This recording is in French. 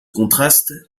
contraste